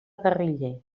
guerriller